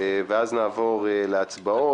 ואז נעבור להצבעות.